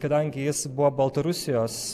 kadangi jis buvo baltarusijos